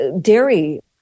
dairy